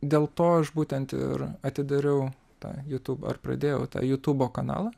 dėl to aš būtent ir atidariau tą jutubą ar pradėjau tą jutubo kanalą